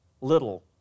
little